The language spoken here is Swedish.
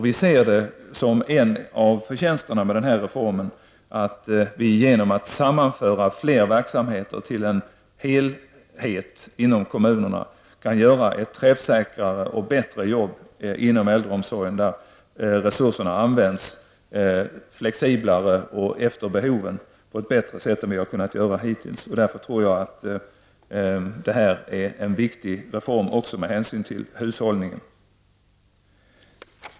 Vi ser det som en av förtjänsterna med reformen att vi, genom att sammanföra fler verksamheter till en helhet inom kommunerna, kan utföra ett träffsäkrare och bättre arbete inom äldreomsorgen, eftersom resurserna används flexiblare och på ett bättre sätt än vad som hittills har varit möjligt kan anpassas efter de behov som finns. Jag tror därför att detta är en viktig reform också med hänsyn till hushållningen.